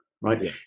right